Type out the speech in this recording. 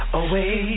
away